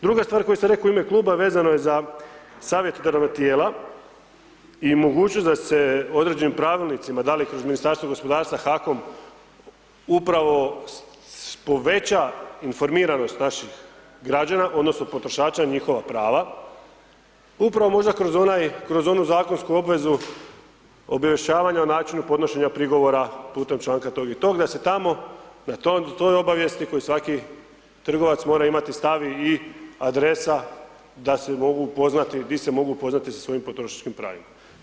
Druga stvar koju sam rekao u ime kluba vezano je za savjetodavna tijela i mogućnost da se određenim pravilnicima, da li kroz Ministarstvo gospodarstva, HAKOM upravo poveća informiranost naših građana odnosno potrošača i njihova prava, upravo možda kroz onu zakonsku obvezu objašnjavanja o načinu podnošenja prigovora putem članka tog i tog, da se tamo na toj obavijesti koju svaki trgovac mora imati stavi i adresa da se mogu upoznati, di se mogu upoznati sa svojim potrošačkim pravima.